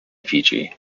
fiji